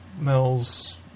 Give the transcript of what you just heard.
Mel's